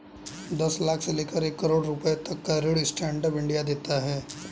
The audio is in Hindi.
दस लाख से लेकर एक करोङ रुपए तक का ऋण स्टैंड अप इंडिया देता है